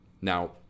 Now